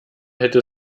hätte